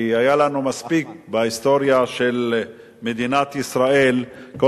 כי היו לנו מספיק בהיסטוריה של מדינת ישראל כל